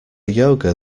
yoga